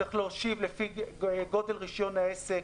צריך להושיב לפי גודל רישיון העסק,